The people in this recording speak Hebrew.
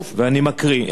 ואני מקריא,